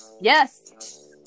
Yes